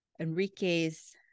Enrique's